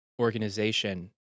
organization